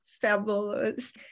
fabulous